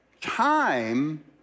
Time